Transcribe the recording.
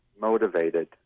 motivated